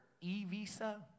e-visa